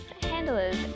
handlers